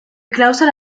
claustro